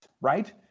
right